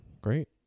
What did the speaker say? great